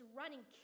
running